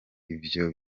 ivyo